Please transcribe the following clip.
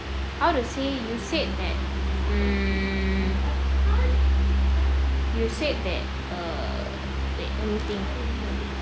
how to say you said that mm you said that err wait let me think